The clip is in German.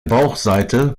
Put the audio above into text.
bauchseite